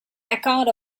account